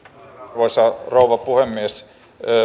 arvoisa rouva puhemies